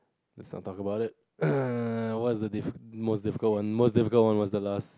let's not talk about it what the the most difficult one most difficult one was the last